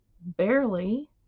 barely